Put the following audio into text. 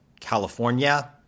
California